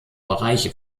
bereiche